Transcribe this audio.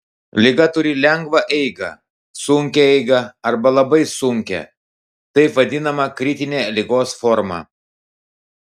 liga turi lengvą eigą sunkią eigą arba labai sunkią taip vadinamą kritinę ligos formą